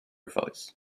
voice